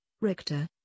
Richter